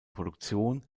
produktion